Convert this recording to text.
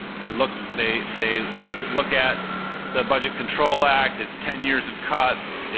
they look they they look at the budget control act. it's ten years of cuts.